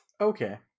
Okay